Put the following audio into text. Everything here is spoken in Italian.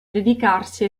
dedicarsi